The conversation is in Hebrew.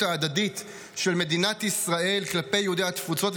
ההדדית של מדינת ישראל כלפי יהודי התפוצות,